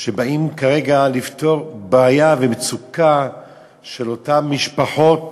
שבאים כרגע לפתור בעיה ומצוקה של אותן משפחות